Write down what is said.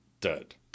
Dead